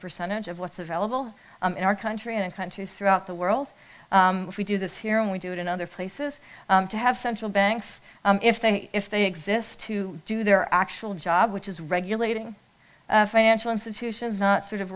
percentage of what's available in our country and countries throughout the world we do this here and we do it in other places to have central banks if they if they exist to do their actual job which is regulating financial institutions not sort of